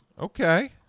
okay